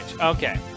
Okay